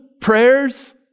prayers